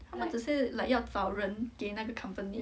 她们只是 like 要找人给那个 company